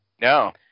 No